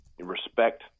respect